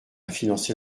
financer